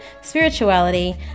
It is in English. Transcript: spirituality